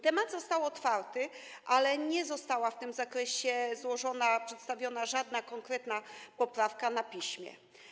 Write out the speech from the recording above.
Temat został otwarty, ale nie została w tym zakresie złożona, przedstawiona żadna konkretna poprawka na piśmie.